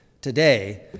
today